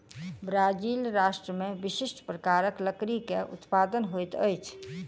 Brazil राष्ट्र में विशिष्ठ प्रकारक लकड़ी के उत्पादन होइत अछि